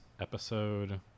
episode